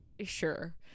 sure